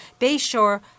Bayshore